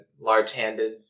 large-handed